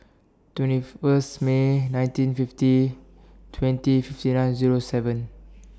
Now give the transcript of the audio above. twenty First May nineteen fifty twenty fifty nine Zero seven